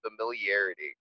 familiarity